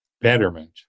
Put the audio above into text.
betterment